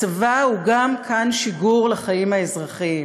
הצבא הוא גם כַן שיגור לחיים האזרחיים,